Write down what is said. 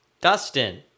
Dustin